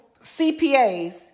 CPAs